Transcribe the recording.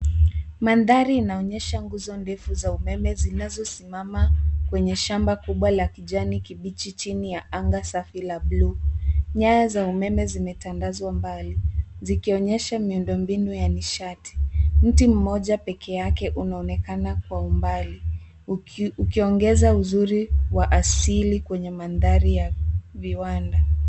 Mandhari inaonyesha nguzo ndefu za umeme zinazosimama kwenye shamba kubwa la kijani kibichi chni ya anga safi la buluu. Nyaya za umeme zimetandazw mbali zikionyesha miundombinu ya nishati. Mti mmoja pekeake unaonekana kwa umbali ukiongeza uzuri wa asili kwenye mandhari ya viwanda.